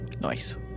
Nice